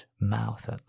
mouth